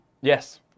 Yes